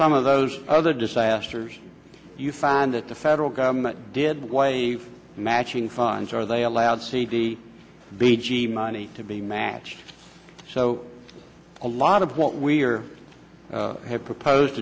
some of those other disasters you find that the federal government did was matching funds are they allowed c d b g money to be matched so a lot of what we are have proposed